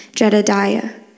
Jedidiah